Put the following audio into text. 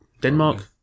Denmark